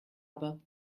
aber